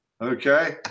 Okay